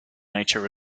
nature